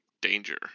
danger